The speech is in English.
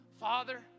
Father